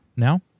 now